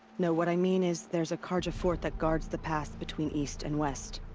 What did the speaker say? no what i mean is. there's a carja fort that guards the pass between east and west.